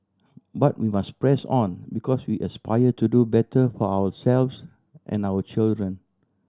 but we must press on because we aspire to do better for ourselves and our children